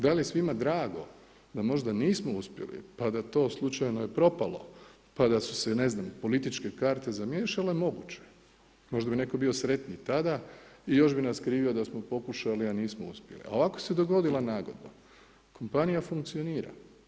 Da li je svima drago da možda nismo uspjeli pa to to slučajno je propalo, pa da su se ne znam političke karte zamiješale, moguće, možda bi netko bio sretniji tada i još bi nas krivio da smo pokušali a nismo uspjeli a ovako se dogodila nagodba, kompanija funkcionira.